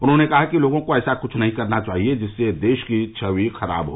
उन्होंने कहा कि लोगों को ऐसा कुछ नहीं करना चाहिए जिससे देश की छवि खराब हो